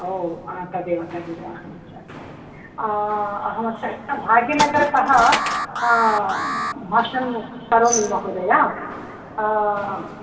ओ अं तदेव तदेव अहं च अहं अत्र भाग्यनगरतः भाषणं करोमि महोदय